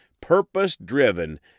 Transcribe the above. purpose-driven